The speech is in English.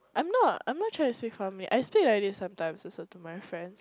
I'm not I'm not trying to speak formally I speak like this sometimes also to my friends